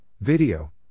Video